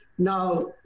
Now